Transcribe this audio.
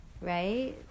right